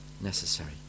necessary